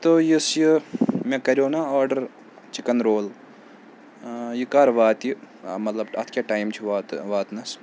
تہٕ یُس یہِ مےٚ کَریٚو نا آرڈر چِکن رول یہِ کر واتہِ مطلب اَتھ کیٛاہ ٹأیِم چھُ وات واتنَس